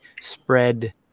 spread